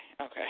Okay